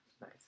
nice